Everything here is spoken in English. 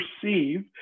perceive